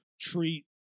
treat